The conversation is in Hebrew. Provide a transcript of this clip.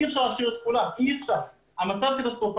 אי אפשר להשאיר את כולם, אי אפשר, המצב קטסטרופלי.